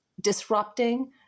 disrupting